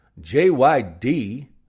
JYD